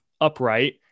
upright